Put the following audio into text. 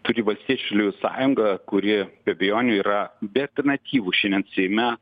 turi valstiečių žaliųjų sąjungą kuri be abejonių yra be atlernatyvų šiandien seime